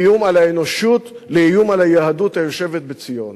מאיום על האנושות לאיום על היהדות היושבת בציון,